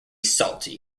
salty